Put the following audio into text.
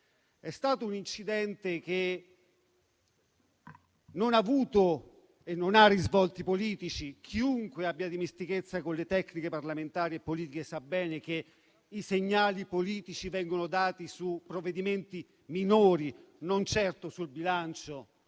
È stato un incidente che non ha avuto e non ha risvolti politici. Chiunque abbia dimestichezza con le tecniche parlamentari e politiche sa bene che i segnali politici vengono dati su provvedimenti minori e non certo sul bilancio,